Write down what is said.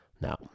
Now